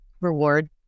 reward